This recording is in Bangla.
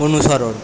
অনুসরণ